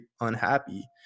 unhappy